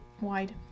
wide